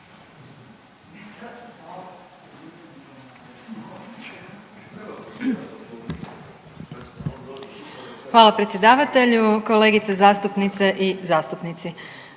Hvala predsjedavatelju. Kolegice zastupnice i zastupnici,